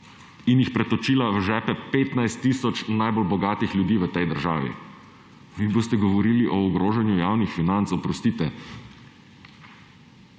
in jih pretočila v žepe 15 tisoč najbolj bogatih ljudi v tej državi. Vi boste govorili o ogrožanju javnih financ, oprostite;